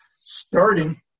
starting